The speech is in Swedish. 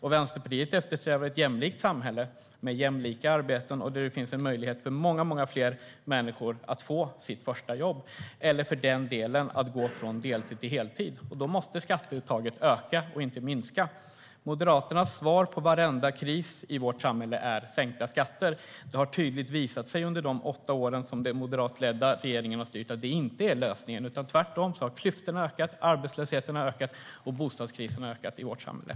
Vänsterpartiet eftersträvar ett jämlikt samhälle med jämlika arbeten och en möjlighet för många fler människor att få sitt första jobb eller för den delen att gå från deltid till heltid. Då måste skatteuttaget öka och inte minska.